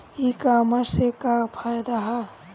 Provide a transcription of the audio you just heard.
ई कामर्स से का फायदा ह?